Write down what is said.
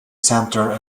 center